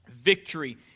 victory